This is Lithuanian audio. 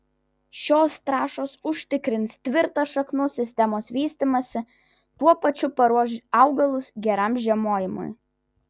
šios trąšos užtikrins tvirtą šaknų sistemos vystymąsi tuo pačiu paruoš augalus geram žiemojimui